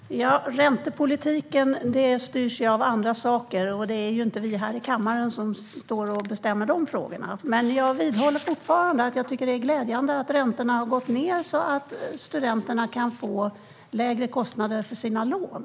Herr talman! Räntepolitiken styrs ju av andra saker. Det är inte vi här i kammaren som beslutar i den frågan. Men jag vidhåller fortfarande att jag tycker att det är glädjande att räntorna har gått ned, så att studenterna kan få lägre kostnader för sina lån.